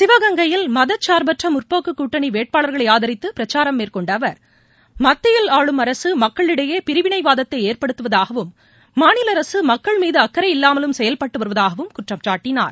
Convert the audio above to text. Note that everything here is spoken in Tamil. சிவகங்கையில் மதசார்பற்றமுற்போக்குகூட்டணிவேட்பாளர்களைஆதரித்தபிரச்சாரம் மேற்கொண்டஅவர் மத்தியில் ஆளும் அரசுமக்களிடையேபிரிவிளைவாதத்தைஏற்படுத்துவதாகவும் மாநிலஅரசுமக்கள் மீதுஅக்கறை இல்லாமலும் செயல்பட்டுவருவதாகவும் குற்றம் சாட்டினார்